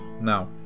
Now